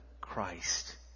Christ